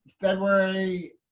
February